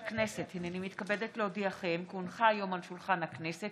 שעה 12:00 תוכן העניינים מסמכים שהונחו על שולחן הכנסת